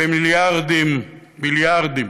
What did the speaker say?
ומיליארדים, ביליארדים,